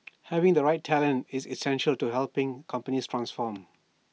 having the right talent is essential to helping companies transform